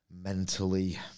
mentally